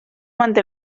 manté